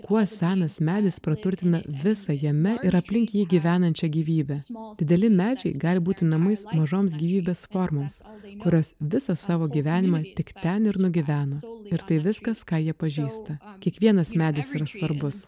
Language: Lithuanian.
kuo senas medis praturtina visą jame ir aplink jį gyvenančią gyvybę dideli medžiai gali būti namais mažoms gyvybės formoms kurios visą savo gyvenimą tik ten ir nugyveno ir tai viskas ką jie pažįsta kiekvienas medis yra svarbus